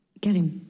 Karim